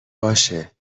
باشه